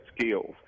skills